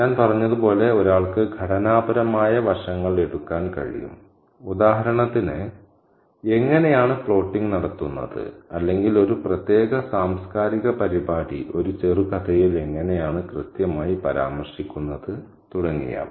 ഞാൻ പറഞ്ഞതുപോലെ ഒരാൾക്ക് ഘടനാപരമായ വശങ്ങൾ എടുക്കാൻ കഴിയും ഉദാഹരണത്തിന് എങ്ങനെയാണ് പ്ലോട്ടിംഗ് നടത്തുന്നത് അല്ലെങ്കിൽ ഒരു പ്രത്യേക സാംസ്കാരിക പരിപാടി ഒരു ചെറുകഥയിൽ എങ്ങനെയാണ് കൃത്യമായി പരാമർശിക്കുന്നത് തുടങ്ങിയവ